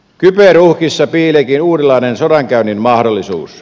kyberuhkissa piileekin uudenlainen sodankäynnin mahdollisuus